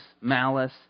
malice